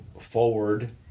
forward